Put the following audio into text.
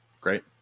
great